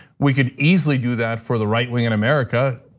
we could easily do that for the right wing in america.